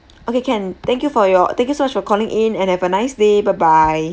okay can thank you for your thank you so much for calling in and have a nice day bye bye